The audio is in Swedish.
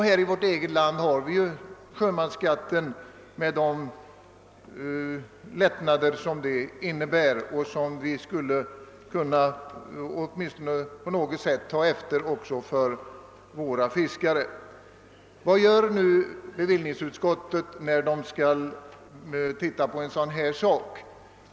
I vårt land har vi liknande lättnader genom sjömansskatten som även på något sätt borde kunna tillämpas för fiskarna. Vad gör bevillningsutskottet, när det skall behandla en fråga som denna?